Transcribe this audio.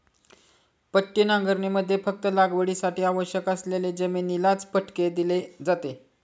पट्टी नांगरणीमध्ये फक्त लागवडीसाठी आवश्यक असलेली जमिनीलाच फटके दिले जाते